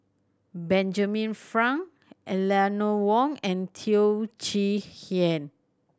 Benjamin Frank Eleanor Wong and Teo Chee Hean